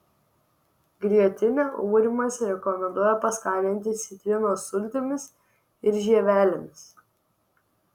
grietinę aurimas rekomenduoja paskaninti citrinos sultimis ir žievelėmis